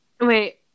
Wait